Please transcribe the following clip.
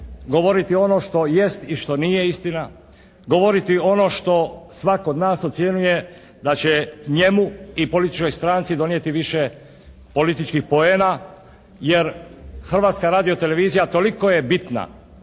govorit ono što jest i što nije istina, govoriti ono što svatko od nas ocjenjuje da će njemu i političkoj stranci donijeti više političkih poena jer Hrvatska radiotelevizija toliko je bitna